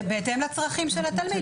זה בהתאם לצרכים של התלמידים.